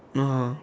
(uh huh)